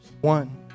One